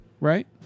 Right